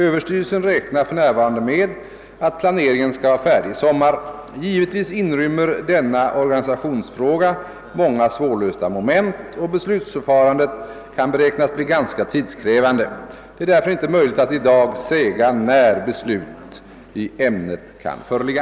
Överstyrelsen räknar för närvarande med att planeringen skall vara färdig i sommar. Givetvis inrymmer denna organisationsfråga många svårlösta moment, och beslutsförfarandet kan beräknas bli ganska tidskrävande. Det är därför inte möjligt att i dag säga när beslut i ämnet kan föreligga.